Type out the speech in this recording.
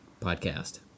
podcast